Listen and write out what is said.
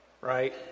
right